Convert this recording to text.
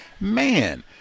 man